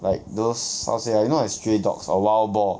like those how to say ah you know like stray dogs or wild boar